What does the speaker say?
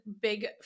big